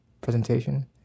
presentation